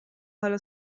حالا